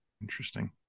Interesting